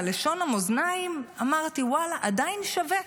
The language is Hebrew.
על לשון המאזניים אמרתי: ואללה, עדיין שווה,